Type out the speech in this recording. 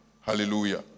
Hallelujah